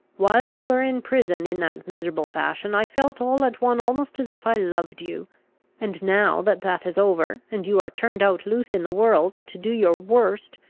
while you were in prison in that miserable fashion, i felt all at one almost as if i loved you and now that that is over, and you are turned out loose in the world to do your worst,